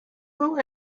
who